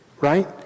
right